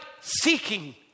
seeking